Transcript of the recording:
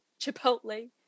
Chipotle